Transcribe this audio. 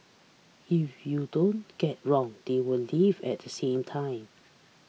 if you don't get wrong they will leave at the same time